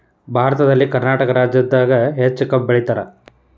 ಭಾರತದಲ್ಲಿ ಕರ್ನಾಟಕ ರಾಜ್ಯದಾಗ ಹೆಚ್ಚ ಕಬ್ಬ್ ಬೆಳಿತಾರ